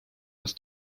was